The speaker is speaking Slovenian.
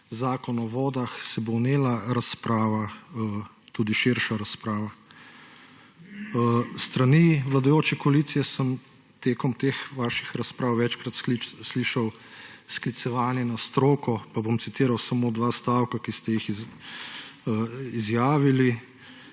Zakon o vodah, se bo vnela tudi širša razprava. S strani vladajoče koalicije sem tekom teh vaših razprav večkrat slišal sklicevanje na stroko, pa bom citiral samo dva stavka, ki ste jih izjavili.